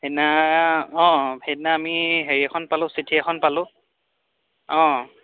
সেইদিনা অঁ সেইদিনা আমি হেৰি এখন পালোঁ চিঠি এখন পালোঁ অঁ